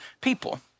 people